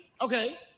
Okay